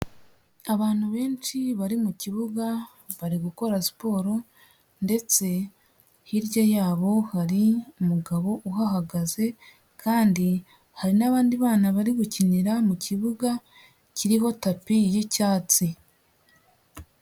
Abantu benshi bari mu kibuga bari gukora siporo, ndetse hirya yabo hari umugabo uhagaze kandi hari n'abandi bana bari gukinira mu kibuga kiriho tapi y'icyatsi.